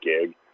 gig